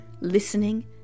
listening